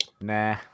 Nah